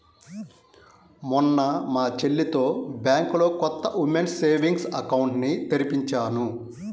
మొన్న మా చెల్లితో బ్యాంకులో కొత్త ఉమెన్స్ సేవింగ్స్ అకౌంట్ ని తెరిపించాను